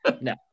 No